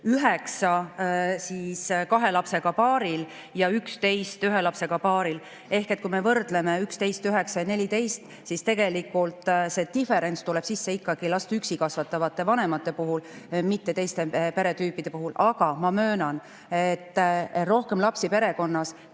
puhul, 9% kahe lapsega paaril ja 11% ühe lapsega paaril. Ehk kui me võrdleme [neid protsente], 11, 9 ja 14, siis tegelikult see diferents tuleb sisse ikkagi last üksi kasvatavate vanemate puhul, mitte teiste peretüüpide puhul. Aga ma möönan, et rohkem lapsi perekonnas